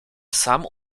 sam